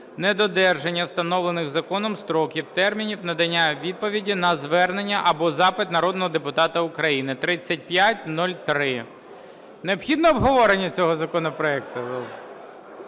недодержання встановлених законом строків (термінів) надання відповіді на звернення або запит народного депутата України (3503). Необхідно обговорення цього законопроекту?